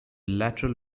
lateral